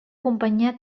companyia